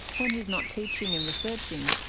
when he's not teaching and researching,